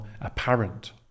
apparent